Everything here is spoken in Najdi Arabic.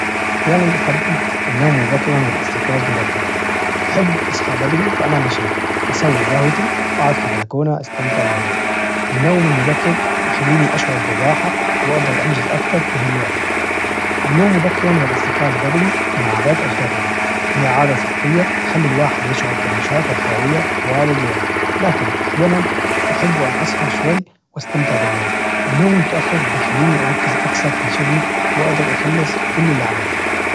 أحيانا أفضل النوم مبكرا والاستيقاظ مبكرا، أحب أصحى بدري وأنا نشيط أسوي جهوتي وأقعد في البلكونة استمتع بالهدوء، النوم المبكر يخليني أشعر بالراحة وأقدر أنجز أكثر في هذا اليوم، النوم مبكراً والاستيقاظ بدري من عادات أجدادنا هي عادة صحية تخلي الواحد يشعر بالنشاط والحيوية طوال اليوم، لكن أحيانا أحب أن أسهر شوي واستمتع بالليل، النوم متأخر بيخليني أركز أكثر في شغلي وأقدر أخلص كل إللي علي.